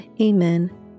Amen